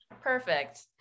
Perfect